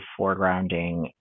foregrounding